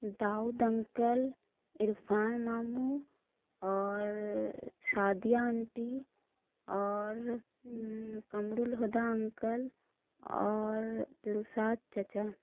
Dawood uncle Irfan ماموں اور Sadia aunty اور قمر الہدیٰ انکل اور دلشاد چاچا